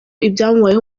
ibyamubayeho